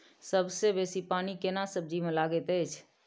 सबसे बेसी पानी केना सब्जी मे लागैत अछि?